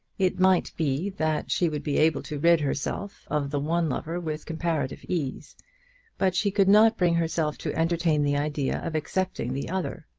it might be that she would be able to rid herself of the one lover with comparative ease but she could not bring herself to entertain the idea of accepting the other.